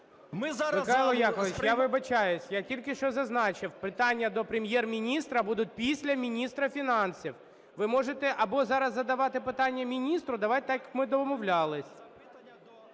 Михайле Яковичу, я вибачаюсь, я тільки що зазначив: питання до Прем'єр-міністра будуть після міністра фінансів. Ви можете зараз або задавати питання міністру… Давайте так, як ми домовлялися.